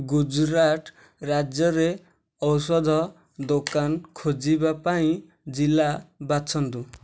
ଗୁଜୁରାଟ ରାଜ୍ୟରେ ଔଷଧ ଦୋକାନ ଖୋଜିବା ପାଇଁ ଜିଲ୍ଲା ବାଛନ୍ତୁ